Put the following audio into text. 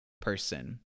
person